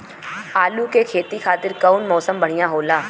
आलू के खेती खातिर कउन मौसम बढ़ियां होला?